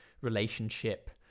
relationship